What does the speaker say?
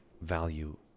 value